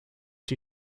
die